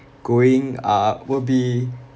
going uh will be